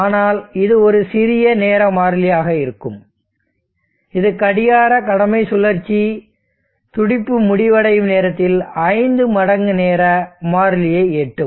ஆனால் இது ஒரு சிறிய நேர மாறிலியாக இருக்கும் இது கடிகார கடமை சுழற்சி துடிப்பு முடிவடையும் நேரத்தில் 5 மடங்கு நேர மாறிலியை எட்டும்